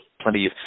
plenty